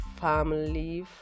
family